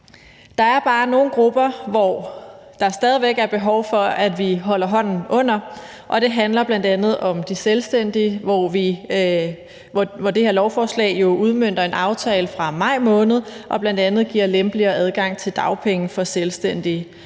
Der er bare nogle grupper, som der stadig væk er behov for vi holder hånden under, og det handler bl.a. om de selvstændige, hvor det her lovforslag jo udmønter en aftale fra maj måned og bl.a. giver lempeligere adgang til dagpenge for selvstændige.